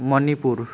Manipur